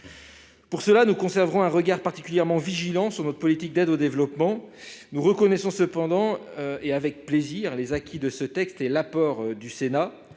aidées. Nous conserverons donc un regard particulièrement vigilant sur notre politique d'aide au développement. Nous reconnaissons cependant, avec plaisir, les acquis de ce texte et l'apport du Sénat,